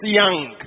young